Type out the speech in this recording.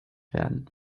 werden